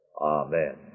Amen